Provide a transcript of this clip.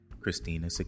Christina